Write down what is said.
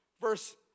verse